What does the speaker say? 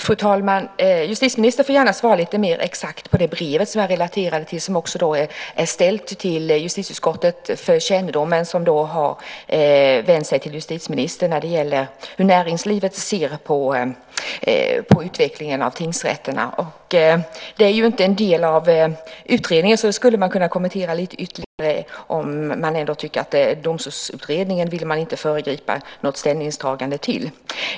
Fru talman! Justitieministern får gärna svara lite mer utförligt när det gäller det brev som jag relaterade till. Där vänder man sig till justitieministern, men brevet är också ställt till justitieutskottet för kännedom och handlar om hur näringslivet ser på utvecklingen av tingsrätterna. Detta är ju inte en del av utredningen, och därför kunde ministern kanske kommentera det ytterligare lite grann. Domstolsutredningen vill ministern ju inte föregripa genom att nu göra ett ställningstagande.